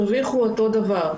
הרוויחו אותו דבר,